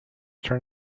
turn